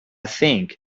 think